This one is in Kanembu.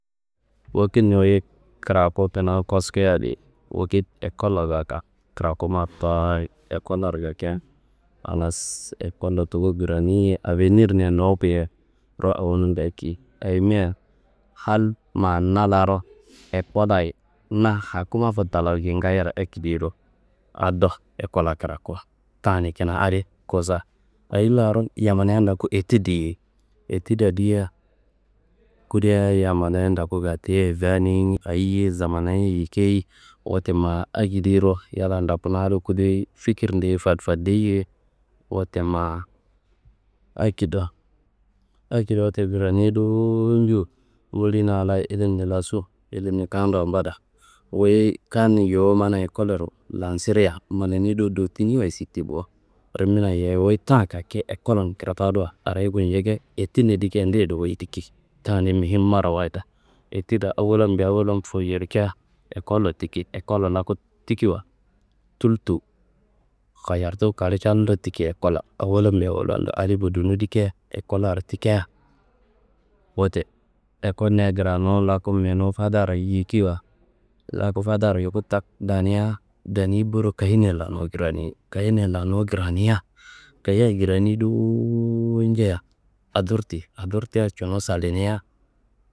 Wokitni wuyi kiraku kina koskuyi adi, wokitni ekolla gaaka ekollaro kakia halas ekolla tuku kraniye avenirnia nokuye. Ayimia? Hal ma na laro ekollayi na hakuma futalaro kingayiaro akediro ado ekolla kiraku, tani kina adi kosa. Ayi laro yammaniya ndoku etid diyei? Etidia dia kudia yammaniya ndoku gatu ye ganei, ayi samana ye yikei. Wote ma akediro yallan ndoku na ado kudei fikirnde falfallei, wote ma akediro akedi wote kranei dowo ño. Wolina Allayi ilimni la su, ilimni kaduwa mbada, wuyi kan yuwu mana ekollero lansiria manani do dotini wayi sitti bo. Rimina yeyi, wuyi takange ekolnun kirtaduwa are gulcake etidni dikia, wuyi deyediro diki tani muyim marawayida. Etidia awolanben awolan foyiyorcia, ekollo tiki, ekollo laku tikiwa tultu, khayartu kalewo callo tiki ekollaro awolanben awolan adi bodinu dikia. Ekollaro tikia wote ekolnia krania laku menu fadaro yikiwa laku fadaro yuku tak dania dani boro kayenia lanu krani. Kayenia lanu krani, kayeya lanu krani dowo ña adur ti, adur tia cinu salinia.